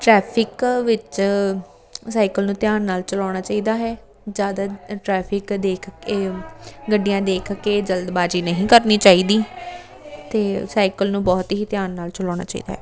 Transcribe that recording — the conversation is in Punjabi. ਟਰੈਫਿਕ ਵਿੱਚ ਸਾਈਕਲ ਨੂੰ ਧਿਆਨ ਨਾਲ ਚਲਾਉਣਾ ਚਾਹੀਦਾ ਹੈ ਜ਼ਿਆਦਾ ਟਰੈਫਿਕ ਦੇਖ ਕੇ ਗੱਡੀਆਂ ਦੇਖ ਕੇ ਜਲਦਬਾਜ਼ੀ ਨਹੀਂ ਕਰਨੀ ਚਾਹੀਦੀ ਅਤੇ ਸਾਈਕਲ ਨੂੰ ਬਹੁਤ ਹੀ ਧਿਆਨ ਨਾਲ ਚਲਾਉਣਾ ਚਾਹੀਦਾ